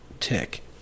tick